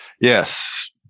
Yes